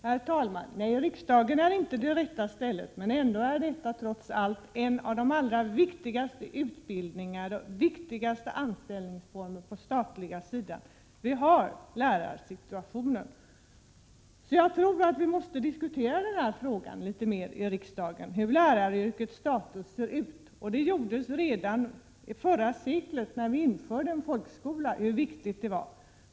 Herr talman! Nej, riksdagen är inte det rätta stället. Men läraryrket är ändå ett av de viktigaste yrkena på den statliga sidan. Jag tror att vi måste diskutera litet mer i riksdagen hur läraryrkets status ser ut. Det gjordes redan förra seklet, när vi införde folkskola. Då talades om hur viktigt detta var.